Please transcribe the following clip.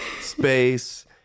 space